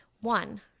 one